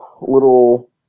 little